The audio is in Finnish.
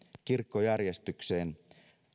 kirkkojärjestykseen